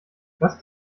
was